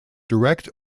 direct